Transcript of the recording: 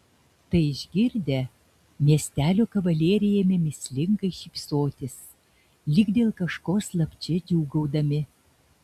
tai išgirdę miestelio kavalieriai ėmė mįslingai šypsotis lyg dėl kažko slapčia džiūgaudami